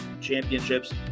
Championships